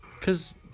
Cause